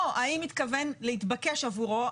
או האם התכוון להתבקש עבורו,